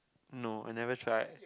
no I never try